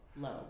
low